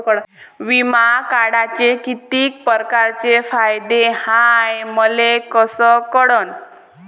बिमा काढाचे कितीक परकारचे फायदे हाय मले कस कळन?